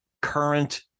Current